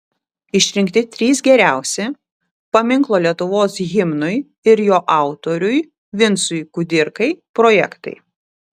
išrinkti trys geriausi paminklo lietuvos himnui ir jo autoriui vincui kudirkai projektai